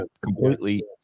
completely